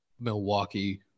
Milwaukee